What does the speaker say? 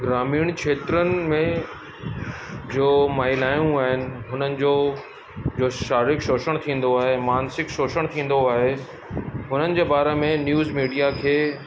ग्रामीण खेत्रनि में जो महिलाऊं आहिनि हुननि जो जो शारीरिक शोषण थींदो आहे मानसिक शोषण थींदो आहे हुननि जे बारे में न्यूज़ मीडिया खे